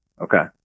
Okay